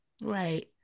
Right